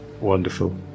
wonderful